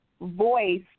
voice